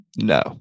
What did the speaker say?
No